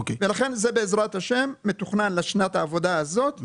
זה בעזרת ה' מתוכנן לשנת העבודה הזאת,